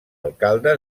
alcalde